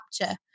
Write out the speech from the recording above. capture